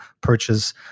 purchase